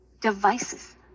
devices